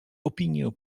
opinię